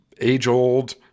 age-old